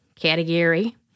Category